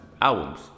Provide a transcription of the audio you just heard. albums